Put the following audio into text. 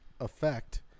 effect